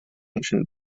ancient